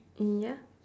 mm ya